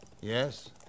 Yes